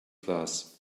class